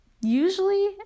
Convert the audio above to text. Usually